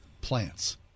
plants